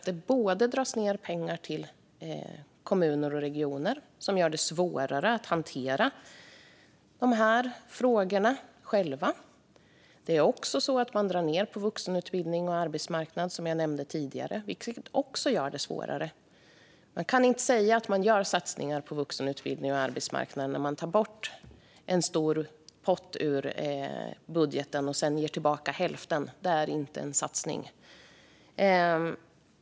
Det dras ned på pengar till kommuner och regioner, vilket gör det svårare för dem att hantera frågorna själva. Det dras även ned på vuxenutbildning och arbetsmarknad, som jag nämnde tidigare, vilket också gör det svårare. Man kan inte säga att man gör satsningar på vuxenutbildning och arbetsmarknad när man tar bort en stor pott ur budgeten och sedan ger tillbaka hälften. Det är inte en satsning.